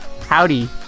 Howdy